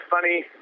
funny